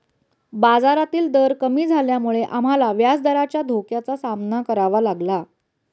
बाजारातील दर कमी झाल्यामुळे आम्हाला व्याजदराच्या धोक्याचा सामना करावा लागला